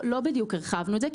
לא בדיוק הרחבנו את זה.